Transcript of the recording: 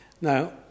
Now